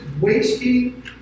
wasting